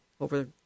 over